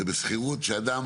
זה בשכירות שאדם